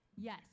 Yes